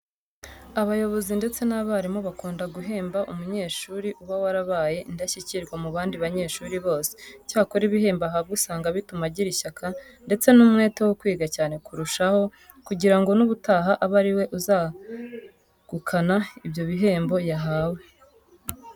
Abayobozi ndetse n'abarimu bakunda guhemba umunyeshuri uba warabaye indashyikirwa mu bandi banyeshuri bose. Icyakora ibihembo ahabwa usanga bituma agira ishyaka ndetse n'umwete wo kwiga cyane kurushaho kugira ngo n'ubutaha abe ari we uzegukana ibyo bihembo yahawe.